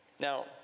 Now